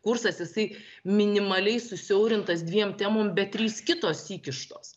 kursas jisai minimaliai susiaurintas dviem temom bet trys kitos įkištos